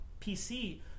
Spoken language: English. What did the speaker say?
PC